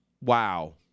Wow